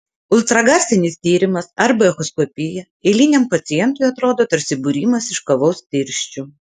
ultragarsinis tyrimas arba echoskopija eiliniam pacientui atrodo tarsi būrimas iš kavos tirščių